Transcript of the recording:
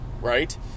right